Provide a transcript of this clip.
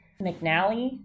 McNally